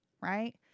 Right